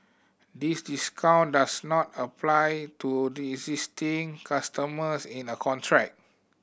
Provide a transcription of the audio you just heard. these discount does not apply to existing customers in a contract